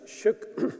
shook